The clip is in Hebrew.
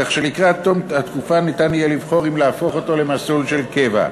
כך שלקראת תום התקופה ניתן יהיה לבחור אם להפוך אותו למסלול של קבע.